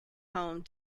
home